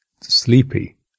sleepy